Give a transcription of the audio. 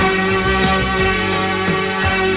and